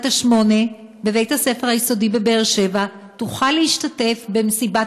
השמונה בבית-הספר היסודי בבאר-שבע תוכל להשתתף במסיבת